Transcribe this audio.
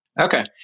Okay